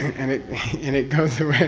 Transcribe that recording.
and it and it goes